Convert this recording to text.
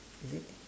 is it